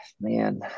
man